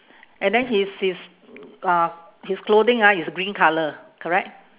and then his his uh his clothing ah is green colour correct